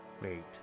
Wait